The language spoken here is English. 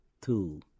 two